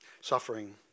suffering